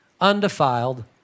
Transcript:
undefiled